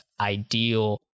ideal